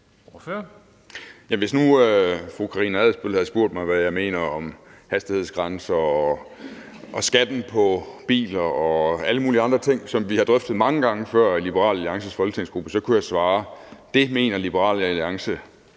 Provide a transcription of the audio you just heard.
Hvis nu fru Karina Adsbøl havde spurgt mig, hvad jeg mener om hastighedsgrænser, skatten på biler og alle mulige andre ting, som vi har drøftet mange gange i Liberal Alliances folketingsgruppe, kunne jeg svare, at det mener Liberal Alliance